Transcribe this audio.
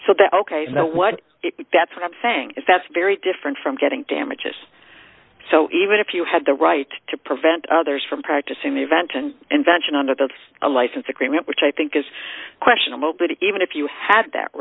now what that's what i'm saying is that's very different from getting damages so even if you had the right to prevent others from practicing the invention invention under that's a license agreement which i think is questionable but even if you had that